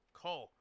call